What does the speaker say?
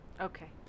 Okay